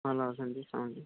ଭଲ ଅଛନ୍ତି ସମସ୍ତେ